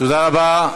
תודה רבה.